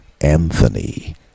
Anthony